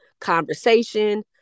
conversation